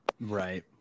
right